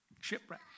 shipwreck